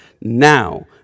Now